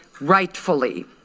rightfully